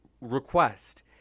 request